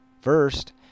First